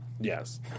Yes